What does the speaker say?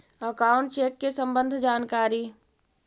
Account check के सम्बन्ध जानकारी?